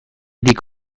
dik